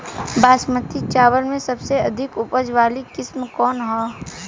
बासमती चावल में सबसे अधिक उपज वाली किस्म कौन है?